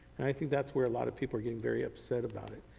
and i think that's where a lot of people are getting very upset about it.